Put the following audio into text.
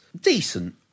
decent